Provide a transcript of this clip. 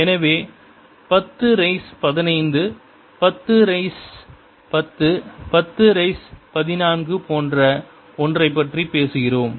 எனவே பத்து ரீஸ் பதினைந்து பத்து பத்து ரீஸ் பத்து பத்து ரீஸ் பதினான்கு போன்ற ஒன்றைப் பற்றி பேசுகிறோம்